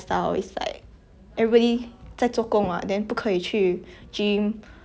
你不只是跑步 leh 还要去冲凉 all that 很麻烦 ya it's really very 麻烦